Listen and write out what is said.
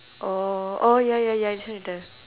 orh oh ya ya ya you say that time